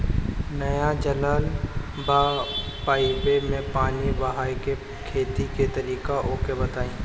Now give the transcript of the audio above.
नया चलल बा पाईपे मै पानी बहाके खेती के तरीका ओके बताई?